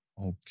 okay